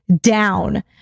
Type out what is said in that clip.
down